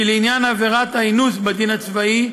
לעניין עבירת האינוס בדין הצבאי,